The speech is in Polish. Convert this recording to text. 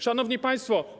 Szanowni Państwo!